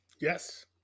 Yes